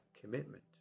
commitment